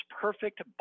perfect